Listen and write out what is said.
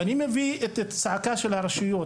אני מביא את הצעקה של הרשויות.